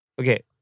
Okay